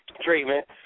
treatment